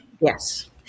Yes